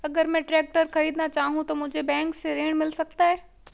अगर मैं ट्रैक्टर खरीदना चाहूं तो मुझे बैंक से ऋण मिल सकता है?